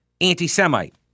anti-Semite